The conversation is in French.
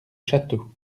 château